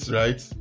right